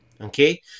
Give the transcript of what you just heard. okay